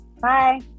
Bye